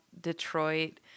Detroit